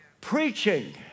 preaching